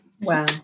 Wow